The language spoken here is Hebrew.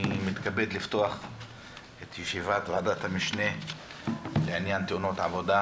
אני מתכבד לפתוח את ישיבת ועדת ה משנה לעניין תאונות עבודה.